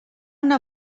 una